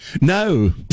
No